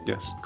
Yes